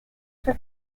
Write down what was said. for